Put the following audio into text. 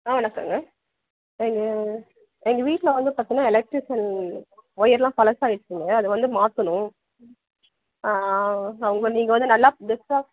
ஆ வணக்கங்க எங்கள் எங்கள் வீட்டில் வந்து பார்த்திங்கன்னா எலக்ட்ரிசன் ஒயரெலாம் பழசாயிடுச்சுங்க அதை வந்து மாற்றணும் அவங்க நீங்கள் வந்து நல்லா பெஸ்ட்டாக